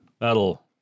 That'll